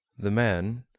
the man,